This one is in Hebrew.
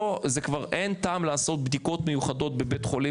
אין טעם לעשות בדיקות מיוחדות בבית חולים